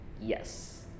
Yes